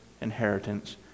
inheritance